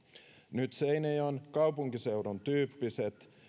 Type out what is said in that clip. nyt seinäjoen kaupunkiseudun tyyppiset